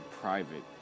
private